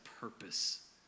purpose